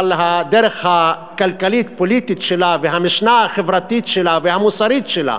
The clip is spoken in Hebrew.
אבל הדרך הכלכלית הפוליטית שלה והמשנה החברתית והמוסרית שלה